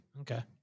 okay